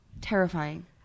terrifying